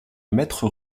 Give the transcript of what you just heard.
mètre